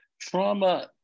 trauma